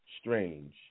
strange